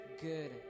good